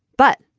but.